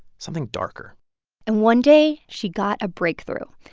something darker and one day she got a breakthrough.